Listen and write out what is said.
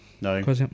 No